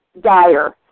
dire